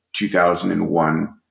2001